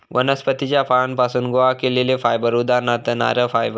वनस्पतीच्या फळांपासुन गोळा केलेला फायबर उदाहरणार्थ नारळ फायबर